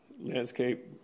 landscape